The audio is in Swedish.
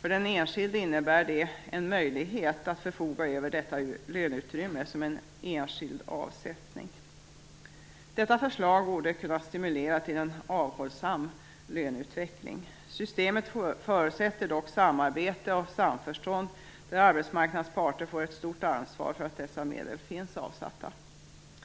För den enskilde innebär det en möjlighet att förfoga över detta löneutrymme som en enskild avsättning. Detta förslag borde kunna stimulera till en avhållsam löneutveckling. Systemet förutsätter dock samarbete och samförstånd där arbetsmarknadens parter får ett stort ansvar för att dessa medel finns avsatta.